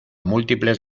múltiples